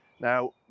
Now